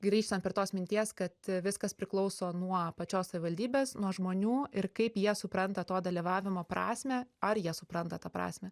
grįžtant prie tos minties kad viskas priklauso nuo pačios savivaldybės nuo žmonių ir kaip jie supranta to dalyvavimo prasmę ar jie supranta tą prasmę